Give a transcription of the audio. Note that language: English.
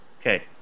Okay